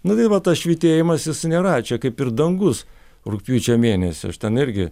nu tai va tas švytėjimas jis nėra čia kaip ir dangus rugpjūčio mėnesį aš ten irgi